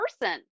person